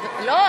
לא.